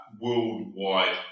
worldwide